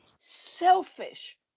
selfish